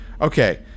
Okay